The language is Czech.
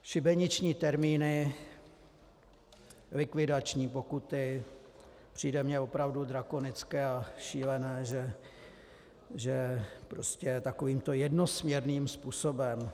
Šibeniční termíny, likvidační pokuty, přijde mi opravdu drakonické a šílené, že takovýmto jednosměrným způsobem...